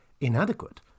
inadequate